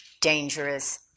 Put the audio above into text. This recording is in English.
dangerous